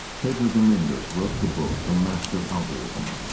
pedro domingos wrote the book the master algorithm.